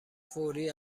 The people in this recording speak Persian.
فوری